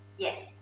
yes.